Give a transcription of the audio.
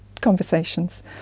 conversations